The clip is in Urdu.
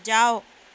جاؤ